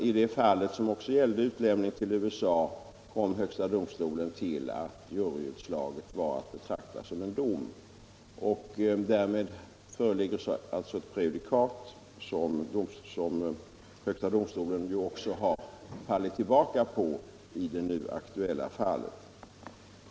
I det fallet, som också gällde utlämning till USA, kom högsta domstolen fram till att juryutslaget var att betrakta som en dom. Därmed föreligger det ett prejudikat, som högsta domstolen också har fallit tillbaka på i det nu aktuella fallet.